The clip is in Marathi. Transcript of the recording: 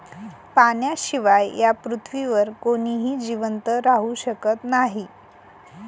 पाण्याशिवाय या पृथ्वीवर कोणीही जिवंत राहू शकत नाही